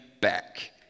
back